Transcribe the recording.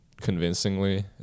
Convincingly